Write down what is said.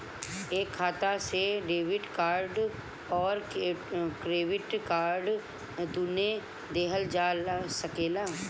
एक खाता से डेबिट कार्ड और क्रेडिट कार्ड दुनु लेहल जा सकेला?